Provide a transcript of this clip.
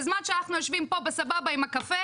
בזמן שאנחנו יושבים פה בסבבה עם הקפה,